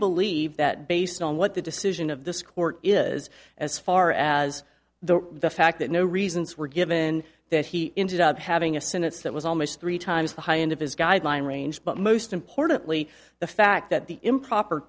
believe that based on what the decision of this court is as far as the fact that no reasons were given that he ended up having a senate that was almost three times the high end of his guideline range but most importantly the fact that the improper